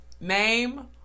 Name